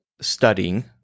studying